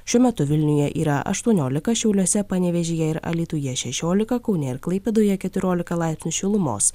šiuo metu vilniuje yra aštuoniolika šiauliuose panevėžyje ir alytuje šešiolika kaune ir klaipėdoje keturiolika laipsnių šilumos